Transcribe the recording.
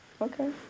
Okay